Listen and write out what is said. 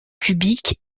cubiques